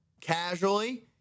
casually